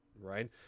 right